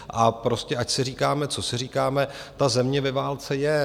A prostě ať si říkáme, co si říkáme, ta země ve válce je!